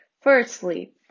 Firstly